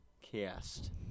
cast